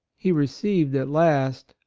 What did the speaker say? he received at last,